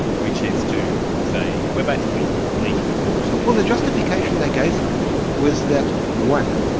which is to say we're basically leaving the court. well, the justification they gave for it was that, one,